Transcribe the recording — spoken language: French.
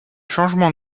changement